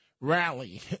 rally